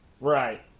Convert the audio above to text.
Right